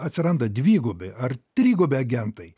atsiranda dvigubi ar trigubi agentai